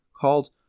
called